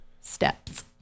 steps